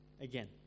again